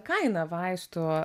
kaina vaistų